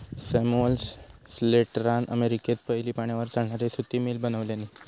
Samuel स्लेटरान अमेरिकेत पयली पाण्यार चालणारी सुती मिल बनवल्यानी